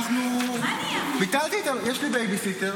שלוש דקות,